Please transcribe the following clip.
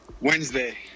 Wednesday